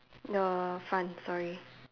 the front sorry